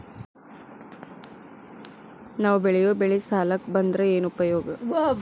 ನಾವ್ ಬೆಳೆಯೊ ಬೆಳಿ ಸಾಲಕ ಬಂದ್ರ ಏನ್ ಉಪಯೋಗ?